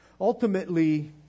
Ultimately